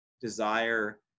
desire